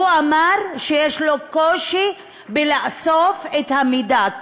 הוא אמר שיש לו קושי לאסוף את המידע.